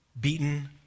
beaten